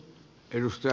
kiitos